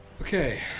Okay